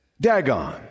Dagon